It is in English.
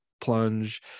plunge